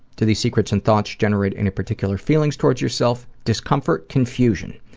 do these secrets and thoughts generate any particular feelings towards yourself? discomfort, confusion.